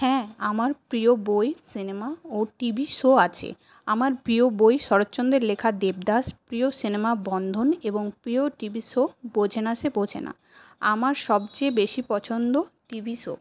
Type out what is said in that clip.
হ্যাঁ আমার প্রিয় বই সিনেমা ও টিভি শো আছে আমার প্রিয় বই শরৎচন্দ্রের লেখা দেবদাস প্রিয় সিনেমা বন্ধন এবং প্রিয় টিভি শো বোঝে না সে বোঝে না আমার সবচেয়ে বেশী পছন্দ টিভি শো